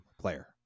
player